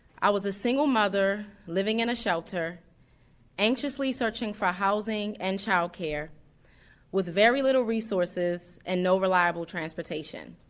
i was a single mother living in a shelter anxiously searching for housing and childcare with very little resources and now reliable transportation.